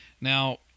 now